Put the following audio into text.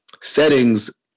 settings